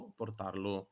portarlo